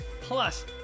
Plus